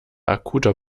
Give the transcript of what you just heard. akuter